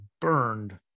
burned